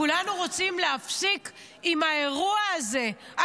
כולנו רוצים להפסיק עם האירוע הזה,